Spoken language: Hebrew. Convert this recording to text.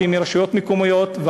באתי מרשויות מקומיות,